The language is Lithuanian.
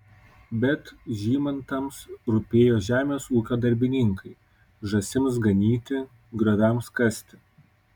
bet žymantams rūpėjo žemės ūkio darbininkai žąsims ganyti grioviams kasti